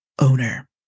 owner